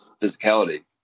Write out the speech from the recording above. physicality